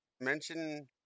mention